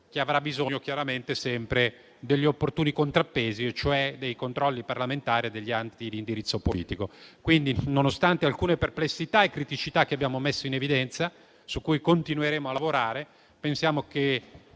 che avrà bisogno chiaramente sempre degli opportuni contrappesi, cioè dei controlli parlamentari e degli atti di indirizzo politico. Quindi, nonostante alcune perplessità e criticità che abbiamo messo in evidenza, su cui continueremo a lavorare, pensiamo che